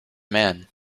man